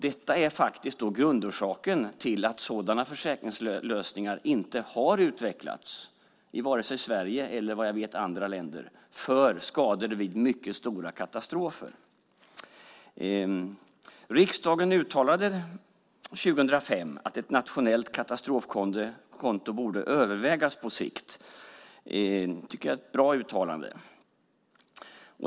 Detta är grundorsaken till att sådana försäkringslösningar inte har utvecklats i vare sig Sverige eller vad jag vet andra länder för skador vid mycket stora katastrofer. Riksdagen uttalade 2005 att ett nationellt katastrofkonto borde övervägas på sikt. Det tycker jag är ett bra uttalande.